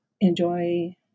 enjoy